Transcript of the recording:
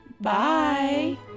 Bye